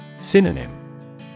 Synonym